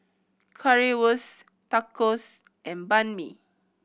Currywurst Tacos and Banh Mi